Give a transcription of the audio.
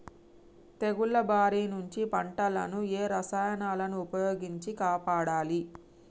తెగుళ్ల బారి నుంచి పంటలను ఏ రసాయనాలను ఉపయోగించి కాపాడాలి?